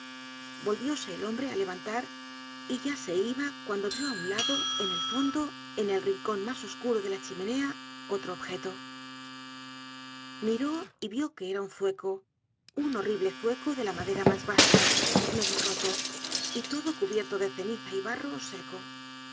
volvióse el hombre á levantar y ya se iba cuando vió á un lado en el fondo en el rincon mas oscuro de la chimenea otro objeto miró y vió que era un zueco un horrible zueco de la madera mas basta medio roto y todo cubierto de ceniza y barro seco